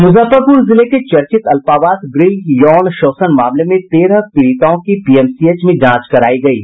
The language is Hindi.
मुजफ्फरपुर जिले के चर्चित अल्पावास गृह यौन शोषण मामले में तेरह पीड़िताओं को पीएमसीएच में जांच करायी गयी